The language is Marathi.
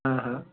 हां हां